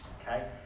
okay